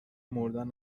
مردن